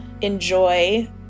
enjoy